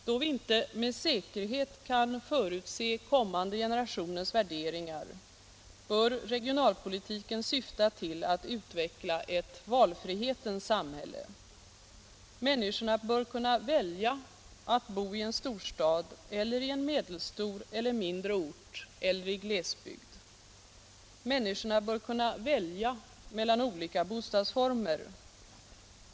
Då vi inte med säkerhet kan förutse kommande generationers värderingar, bör regionalpolitiken syfta till att utveckla valfrihetens samhälle. Människorna bör kunna välja att bo i en storstad eller i en medelstor 53 eller i en mindre ort eller i en glesbygd. Människorna bör kunna välja mellan olika bostadsformer.